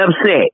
upset